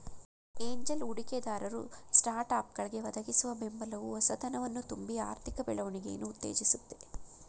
angel ಹೂಡಿಕೆದಾರರು ಸ್ಟಾರ್ಟ್ಅಪ್ಗಳ್ಗೆ ಒದಗಿಸುವ ಬೆಂಬಲವು ಹೊಸತನವನ್ನ ತುಂಬಿ ಆರ್ಥಿಕ ಬೆಳವಣಿಗೆಯನ್ನ ಉತ್ತೇಜಿಸುತ್ತೆ